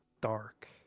dark